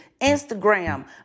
Instagram